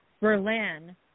Berlin